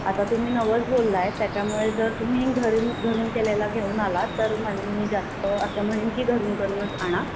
आता तुम्ही नवस बोलला आहे त्याच्यामुळे जर तुम्ही घरून घरून केलेला घेऊन आला तर मग मी जास्त असं म्हणेन की घरून करूनच आणा